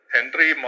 Henry